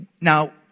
Now